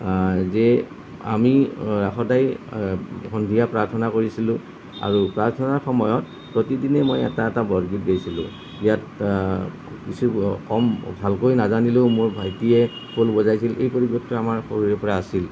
যে আমি সদায় সন্ধিয়া প্ৰাৰ্থনা কৰিছিলোঁ আৰু প্ৰাৰ্থনাৰ সময়ত প্ৰতিদিনে মই এটা এটা বৰগীত গাইছিলোঁ ইয়াত কিছু কম ভালকৈ নাজানিলেও মোৰ ভাইটিয়ে খোল বজাইছিল সেই পৰিৱেশটোৱে আমাৰ সৰুৰে পৰা আছিল